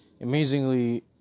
amazingly